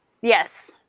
Yes